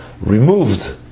removed